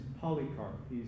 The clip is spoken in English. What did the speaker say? Polycarp